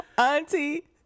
Auntie